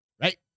right